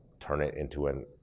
turn it into an,